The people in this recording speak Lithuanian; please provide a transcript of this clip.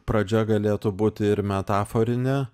pradžia galėtų būti ir metaforinė